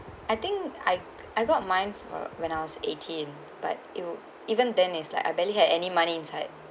I think I I got mine for when I was eighteen but it'll even then is like I barely had any money inside